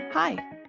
Hi